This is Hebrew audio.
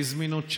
אי-זמינות,